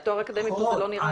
נכון מאוד.